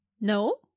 No